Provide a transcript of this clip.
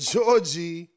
Georgie